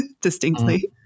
distinctly